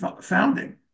founding